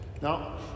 Now